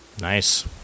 Nice